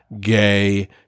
gay